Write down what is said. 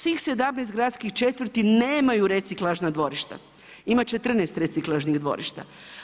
Svih 17 gradskih četvrti nemaju reciklažna dvorišta, ima 14 reciklažnih dvorišta.